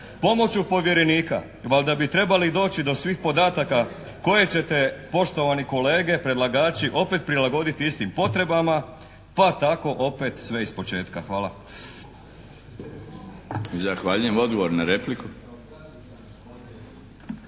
Pomoću povjerenika valjda bi trebali doći do svih podataka koje ćete poštovani kolege predlagači opet prilagoditi istim potrebama, pa tako opet sve ispočetka. Hvala. **Milinović, Darko